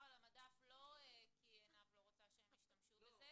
על המדף לא כי עינב לא רוצה שהם ישתמשו בזה,